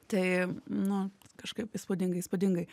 tai nu kažkaip įspūdingai įspūdingai